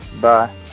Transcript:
bye